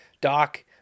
Doc